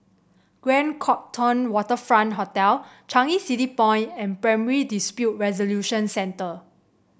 Grand Copthorne Waterfront Hotel Changi City Point and Primary Dispute Resolution Centre